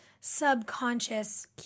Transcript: subconscious